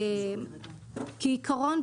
כעיקרון,